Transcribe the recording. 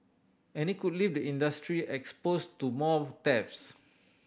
and it could leave the industry exposed to more thefts